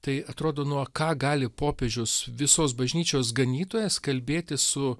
tai atrodo nu o ką gali popiežius visos bažnyčios ganytojas kalbėtis su